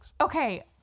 Okay